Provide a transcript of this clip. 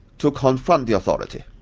to confront the authority,